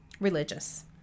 religious